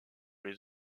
les